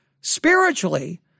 spiritually